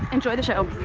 enjoy the show